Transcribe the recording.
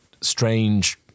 strange